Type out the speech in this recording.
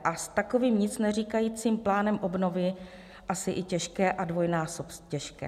A s takovým nicneříkajícím plánem obnovy asi i těžké a dvojnásob těžké.